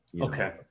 okay